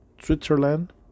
Switzerland